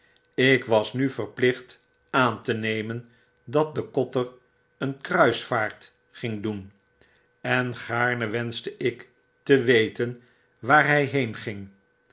ik was nu verplicht aan te nemen dat de kotter een kruisvaart ging doen en gaarne wenschte ik te weten waar hij